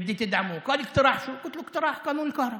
הודיעה לנו שהיא תומכת.